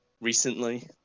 recently